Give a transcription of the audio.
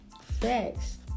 Facts